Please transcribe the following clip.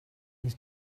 his